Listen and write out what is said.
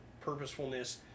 purposefulness